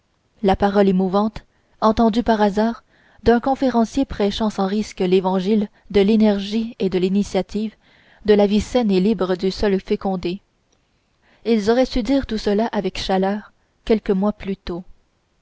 la parole émouvante entendue par hasard d'un conférencier prêchant sans risque l'évangile de l'énergie et de l'initiative de la vie saine et libre du sol fécondé ils auraient su dire tout cela avec chaleur quelques mois plus tôt